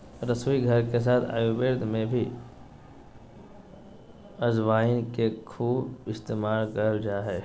रसोईघर के साथ आयुर्वेद में भी अजवाइन के खूब इस्तेमाल कइल जा हइ